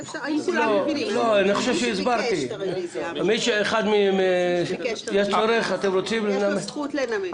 מי שביקש את הרביזיה יש לו זכות לנמק.